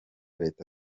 leta